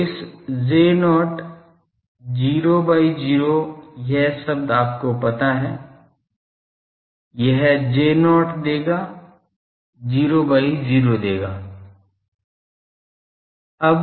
तो इस J0 0 by 0 यह शब्द आपको J0 0 by 0 देगा